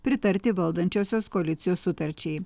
pritarti valdančiosios koalicijos sutarčiai